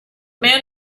man